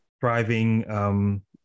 thriving